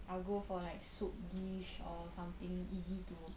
I will go for like soup dish or something easy to